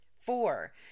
Four